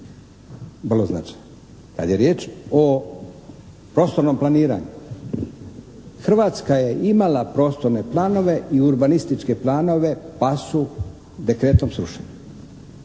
vrlo značajan. Da li je riječ o prostornom planiranju, Hrvatska je imala prostorne planove i urbanističke planove pa su dekretom srušene.